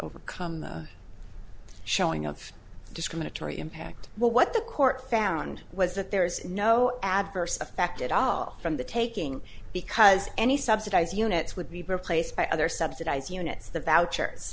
overcome showing of discriminatory impact what the court found was that there's no adverse effect at all from the taking because any subsidize units would be replaced by other subsidize units the vouchers